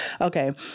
Okay